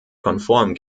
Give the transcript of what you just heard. konform